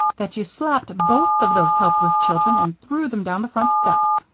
that you slapped both of those helpless children and threw them down the front steps.